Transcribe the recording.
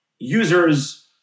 users